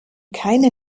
keine